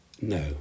No